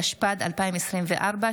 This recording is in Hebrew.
התשפ"ד 2024,